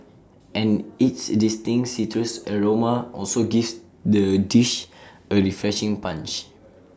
and its distinct citrus aroma also gives the dish A refreshing punch